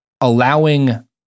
allowing